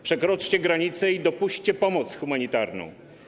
Przekroczcie granicę i dopuśćcie pomoc humanitarną.